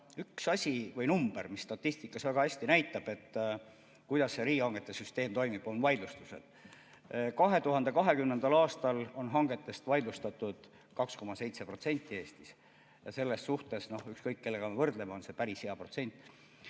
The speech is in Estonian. üks asi või number, mis statistikas väga hästi näitab, kuidas see riigihangete süsteem toimib, on vaidlustused. 2020. aastal on hangetest vaidlustatud 2,7% Eestis ja selles mõttes on see, ükskõik kellega võrdleme, päris hea protsent,